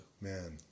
Man